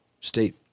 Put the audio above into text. state